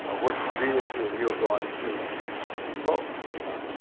ah which deity you're going to evoke, you know